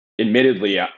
admittedly